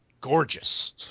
gorgeous